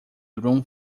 rum